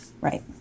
Right